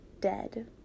Dead